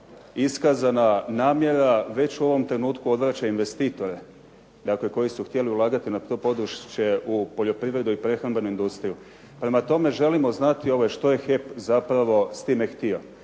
iskazana namjera već u ovom trenutku odvraća investitore, dakle koji su htjeli ulagati na to područje u poljoprivrednu i prehrambenu industriju. Prema tome želimo znati što je HEP zapravo s time htio?